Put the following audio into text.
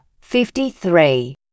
fifty-three